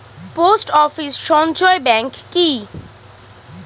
Post office সঞ্চয় bank কি?